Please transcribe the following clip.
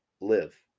live